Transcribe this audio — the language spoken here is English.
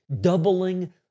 doubling